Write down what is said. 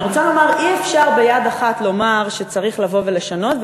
אני רוצה לומר: אי-אפשר ביד אחת לומר שצריך לבוא ולשנות,